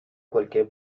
cualquier